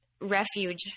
refuge